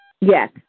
Yes